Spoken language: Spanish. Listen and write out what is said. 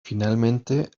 finalmente